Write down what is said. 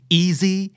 easy